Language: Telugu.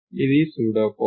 ఇది సూడో కోడ్